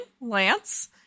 Lance